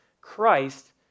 Christ